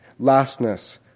lastness